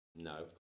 no